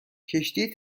کشتی